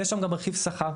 ויש גם רכיב שכר.